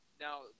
Now